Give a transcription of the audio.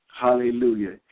Hallelujah